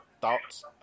Thoughts